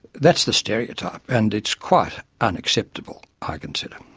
that's the stereotype and it's quite unacceptable, i consider.